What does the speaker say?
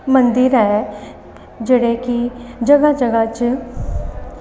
मंदिर ऐ जेह्ड़े कि जगह जगह पर